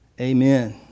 Amen